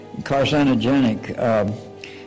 carcinogenic